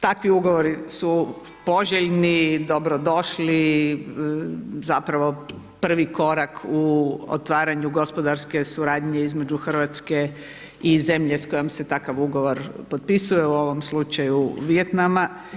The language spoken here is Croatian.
Takvi ugovori su poželjni, dobrodošli, zapravo prvi korak u otvaranju gospodarske suradnje između Hrvatske i zemlje s kojom se takav ugovor potpisuje, u ovom slučaju Vijetnama.